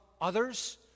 others